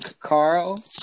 Carl